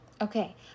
Okay